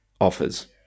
offers